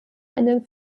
eine